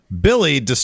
Billy